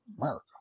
America